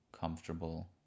comfortable